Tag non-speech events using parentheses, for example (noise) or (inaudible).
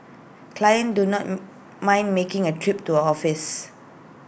clients do not (unintelligible) mind making A trip to her office